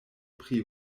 pri